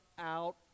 out